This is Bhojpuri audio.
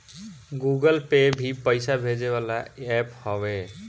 गूगल पे भी पईसा भेजे वाला एप्प हवे